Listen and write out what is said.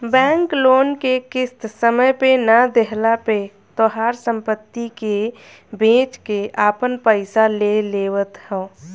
bank loan के किस्त समय पे ना देहला पे तोहार सम्पत्ति के बेच के आपन पईसा ले लेवत ह